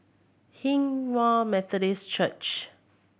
Hinghwa Methodist Church